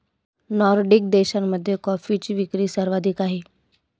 Nordic देशांमध्ये कॉफीची विक्री सर्वाधिक आहे